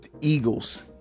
Eagles